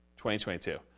2022